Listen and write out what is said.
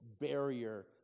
barrier